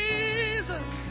Jesus